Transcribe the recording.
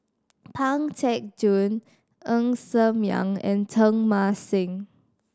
Pang Teck Joon Ng Ser Miang and Teng Mah Seng